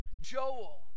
Joel